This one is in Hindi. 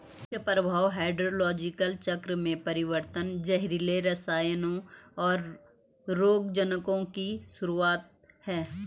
मुख्य प्रभाव हाइड्रोलॉजिकल चक्र में परिवर्तन, जहरीले रसायनों, और रोगजनकों की शुरूआत हैं